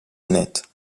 net